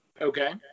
okay